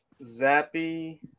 Zappy